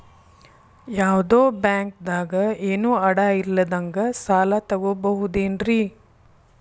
ಯಾವ್ದೋ ಬ್ಯಾಂಕ್ ದಾಗ ಏನು ಅಡ ಇಲ್ಲದಂಗ ಸಾಲ ತಗೋಬಹುದೇನ್ರಿ?